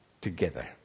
together